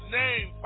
name